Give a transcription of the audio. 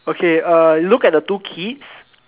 okay uh look at the two kids